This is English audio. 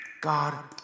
God